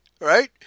right